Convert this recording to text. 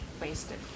wasted